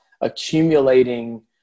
accumulating